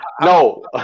No